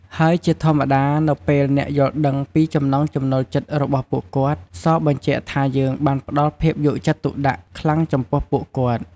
ហើយជាធម្មតា នៅពេលអ្នកយល់ដឹងពីចំណង់ចំណូលចិត្តរបស់ពួកគាត់ សបញ្ជាក់ថាយើងបានផ្ដល់ភាពយកចិត្តទុកដាក់ខ្លាំងចំពោះពួកគាត់។